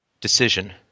decision